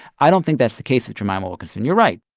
i don't think that's the case with jemima wilkinson. you're right.